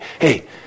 hey